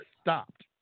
stopped